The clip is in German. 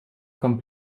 kommt